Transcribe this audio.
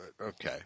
okay